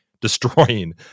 destroying